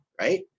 right